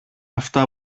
αυτά